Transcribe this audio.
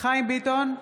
חיים ביטון,